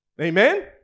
Amen